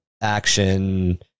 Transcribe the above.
Action